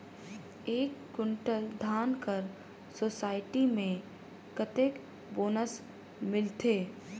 एक कुंटल धान कर सोसायटी मे कतेक बोनस मिलथे?